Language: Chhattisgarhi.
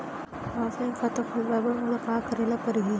ऑफलाइन खाता खोलवाय बर मोला का करे ल परही?